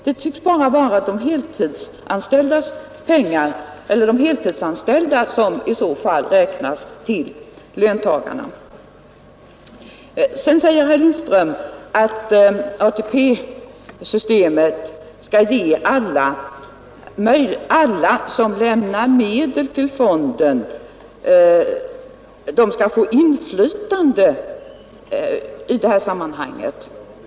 Det tycks bara vara de heltidsanställda som i så fall räknas till löntagarna. Vidare säger herr Lindström att ATP-systemet skall ge alla som lämnar medel till fonden inflytande i detta sammanhang.